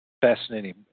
fascinating